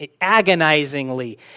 agonizingly